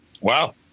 Wow